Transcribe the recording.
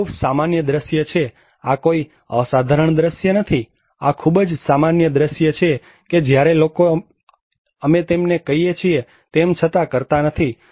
આ ખૂબ જ સામાન્ય દ્રશ્ય છે આ કોઈ અસાધારણ દ્રશ્ય નથી આ ખૂબ જ સામાન્ય દ્રશ્ય છે કે જ્યારે લોકો અમે તેમને કહીએ તેમ કરતા નથી